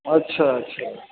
अच्छा अच्छा